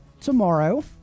tomorrow